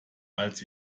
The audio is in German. als